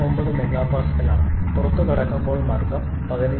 9 MPa ആണ് പുറത്തുകടക്കുമ്പോൾ മർദ്ദം 15